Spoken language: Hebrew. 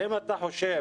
האם אתה חושב